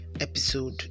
episode